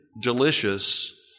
delicious